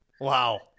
wow